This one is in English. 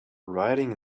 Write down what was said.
riding